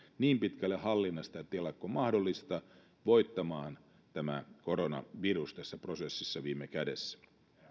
niin pitkälle hallinnassa tämä tilanne kuin mahdollista voittamaan tämä koronavirus tässä prosessissa viime kädessä